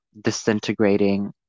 disintegrating